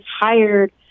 hired